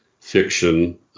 fiction